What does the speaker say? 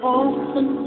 often